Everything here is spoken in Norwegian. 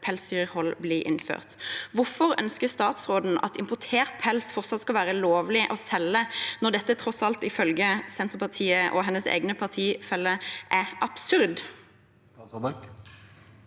pelsdyrhold blir innført. Hvorfor ønsker statsråden at importert pels fortsatt skal være lovlig å selge når dette tross alt, ifølge Senterpartiet og hennes egne partifeller, er absurd? Statsråd